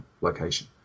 location